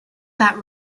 that